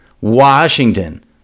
Washington